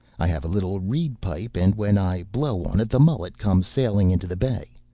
i have a little reed-pipe, and when i blow on it the mullet come sailing into the bay.